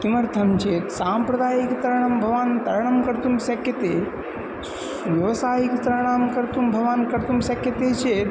किमर्थं चेत् साम्प्रदायिकतरणं भवान् तरणं कर्तुं शक्यते स् व्यावसायिकतरणं कर्तुं भवान् कर्तुं शक्यते चेत्